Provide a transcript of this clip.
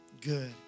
good